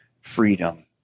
freedom